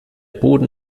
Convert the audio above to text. boden